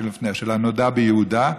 של הנודע ביהודה,